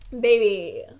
Baby